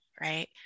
right